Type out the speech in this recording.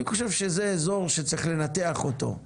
אני חושב שזה אזור שצריך לנתח אותו,